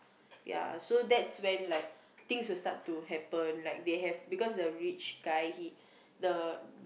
ya so that's when like things will start to happen like they have because the rich guy he the